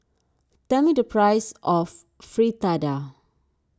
tell me the price of Fritada